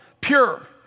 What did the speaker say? pure